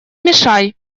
мешай